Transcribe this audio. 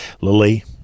Lily